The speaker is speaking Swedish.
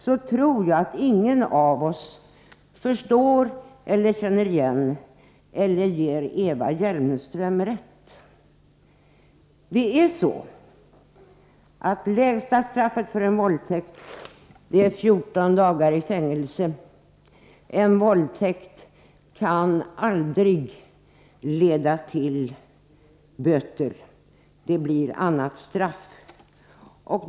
Jag tror att ingen av oss känner igen det som Eva Hjelmström säger eller ger henne rätt. Lägsta straffet för en våldtäkt är 14 dagar i fängelse. En våldtäkt kan aldrig leda till böter. Det blir annat straff.